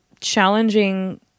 challenging